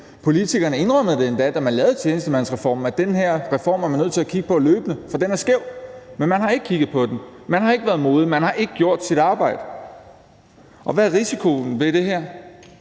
Politikerne indrømmede endda, da man lavede tjenestemandsreformen, at man er nødt til at kigge på den her reform løbende, for den er skæv. Men man har ikke kigget på den, man har ikke været modig, man har ikke gjort sit arbejde. Og hvad er risikoen ved det her?